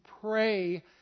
pray